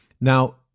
Now